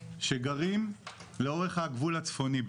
שגרים לאורך הגבול הצפוני.